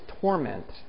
torment